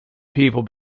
people